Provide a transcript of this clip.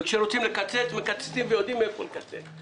כשרוצים לקצץ, מקצצים, יודעים איפה לקצץ.